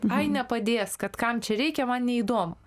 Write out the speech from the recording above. ai nepadės kad kam čia reikia man neįdomu